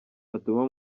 fatuma